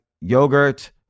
yogurt